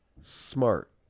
smart